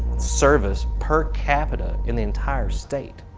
service per capita in the entire state.